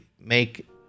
make